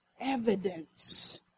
evidence